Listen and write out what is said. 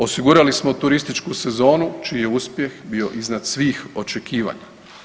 Osigurali smo turističku sezonu čiji je uspjeh bio iznad svih očekivanja.